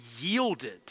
Yielded